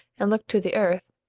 and look to the earth,